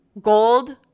gold